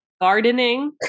Gardening